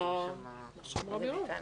על מה שאמרה מרב מיכאלי.